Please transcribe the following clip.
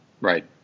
Right